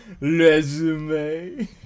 resume